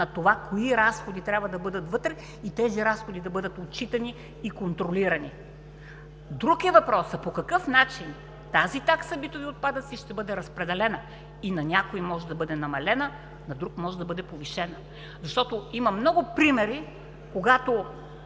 на това кои разходи трябва да бъдат вътре, и тези разходи да бъдат отчитани и контролирани. Друг е въпросът по какъв начин тази такса битови отпадъци ще бъде разпределена и на някой може да бъде намалена, на друг може да бъде повишена. Защото има много примери, когато